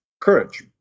courage